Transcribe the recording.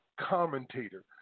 commentator